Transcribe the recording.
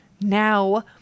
now